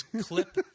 clip